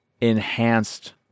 Enhanced